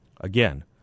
Again—